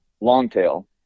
longtail